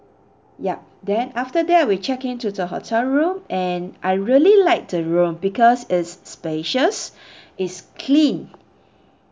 yup then after that we check in to the hotel room and I really like the room because it's spacious it's clean